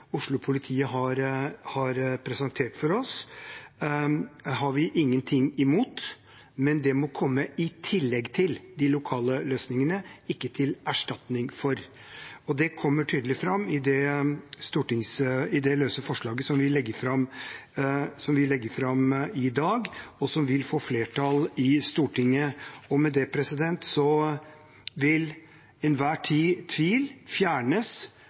har presentert for oss, har vi ingenting imot, men det må komme i tillegg til de lokale løsningene, ikke til erstatning for dem. Det kommer tydelig fram i det løse forslaget som vi legger fram i dag, og som vil få flertall i Stortinget. Med det vil enhver tvil fjernes